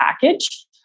package